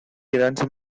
erantzun